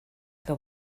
que